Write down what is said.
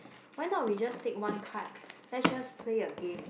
why not we just take one card let's just play a game